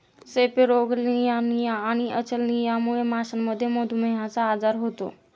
सेपेरोगेलियानिया आणि अचलियामुळे माशांमध्ये मधुमेहचा आजार होतो